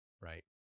Right